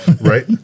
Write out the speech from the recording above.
right